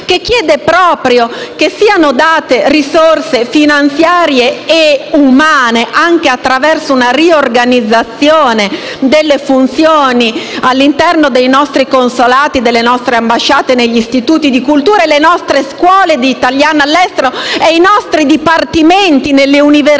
che chiede proprio che siano assegnate risorse finanziarie e umane, anche attraverso una riorganizzazione delle funzioni all'interno dei nostri consolati e delle nostre ambasciate, degli istituti di cultura, delle nostre scuole di italiani all'estero, dei nostri dipartimenti nelle università